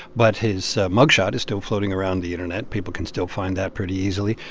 but his mug shot is still floating around the internet. people can still find that pretty easily.